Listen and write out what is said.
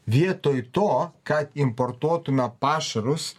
vietoj to kad importuotume pašarus